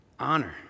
honor